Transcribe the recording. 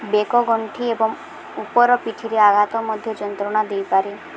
ବେକ ଗଣ୍ଠି ଏବଂ ଉପର ପିଠିରେ ଆଘାତ ମଧ୍ୟ ଯନ୍ତ୍ରଣା ଦେଇପାରେ